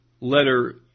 letter